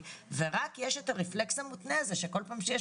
ורק יש הרפלקס המותנה הזה שכל פעם שיש